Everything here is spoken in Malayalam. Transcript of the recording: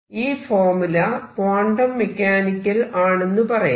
ഈ ഫോർമുല ക്വാണ്ടം മെക്കാനിക്കൽ ആണെന്ന് പറയാം